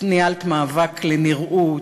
את ניהלת מאבק לנראות,